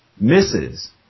misses